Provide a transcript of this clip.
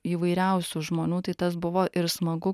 įvairiausių žmonių tai tas buvo ir smagu